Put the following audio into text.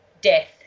death